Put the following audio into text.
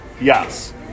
Yes